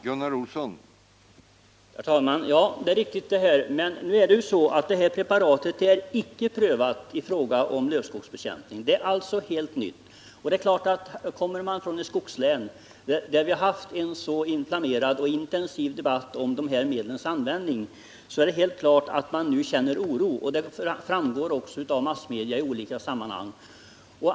Herr talman! Ja, det är riktigt. Men detta preparat är icke prövat i fråga om lövskogsbekämpning. I det avseendet är det alltså helt nytt. Det är helt klart att man i skogslän, där vi har haft en så inflammerad och intensiv debatt om dessa medels användning, nu känner oro. Detta har också framgått av massmedia i olika sammanhang.